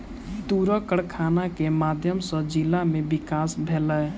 तूरक कारखाना के माध्यम सॅ जिला में विकास भेलै